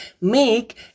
Make